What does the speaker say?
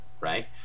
right